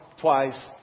twice